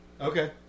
Okay